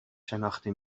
شناخته